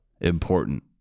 important